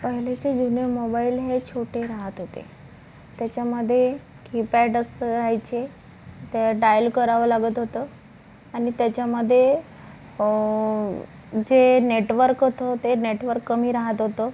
पहिलेचे जुने मोबाईल हे छोटे राहत होते त्याच्यामध्ये कीपॅडच राहायचे ते डायल करावं लागत होतं आणि त्याच्यामध्ये जे नेटवर्क होतं ते नेटवर्क कमी राहत होतं